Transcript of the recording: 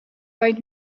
vaid